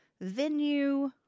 venue